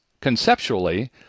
conceptually